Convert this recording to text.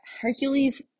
Hercules